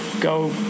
go